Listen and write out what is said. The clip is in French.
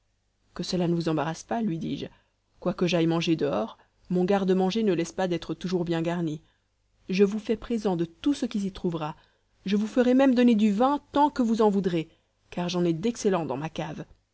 que cela ne vous embarrasse pas lui dis-je quoique j'aille manger dehors mon garde-manger ne laisse pas d'être toujours bien garni je vous fais présent de tout ce qui s'y trouvera je vous ferai même donner du vin tant que vous en voudrez car j'en ai d'excellent dans ma cave